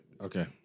Okay